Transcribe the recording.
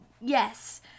yes